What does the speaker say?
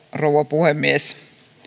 rouva puhemies